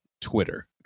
Twitter